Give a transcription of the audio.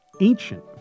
ancient